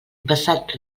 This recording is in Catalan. basat